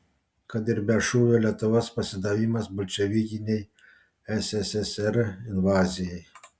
kad ir be šūvio lietuvos pasidavimas bolševikinei sssr invazijai